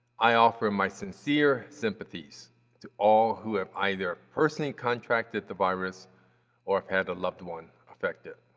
i offer my sincere sympathies to all who have either personally contracted the virus or have had a loved one affected.